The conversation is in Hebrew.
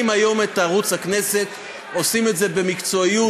היום את ערוץ הכנסת עושים את זה במקצועיות,